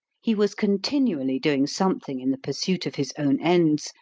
he was continually doing something in the pursuit of his own ends,